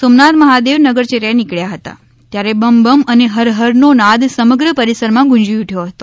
સોમનાથ મહાદેવ નગરચર્યાએ નકળ્યાં હતા ત્યારે બમ બમ અને હર હર ને નાદ સમગ્ર પરિસર ગુંજી ઉઠયો હતો